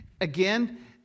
again